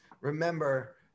remember